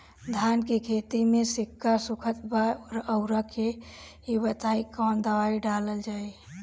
धान के खेती में सिक्का सुखत बा रउआ के ई बताईं कवन दवाइ डालल जाई?